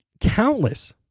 countless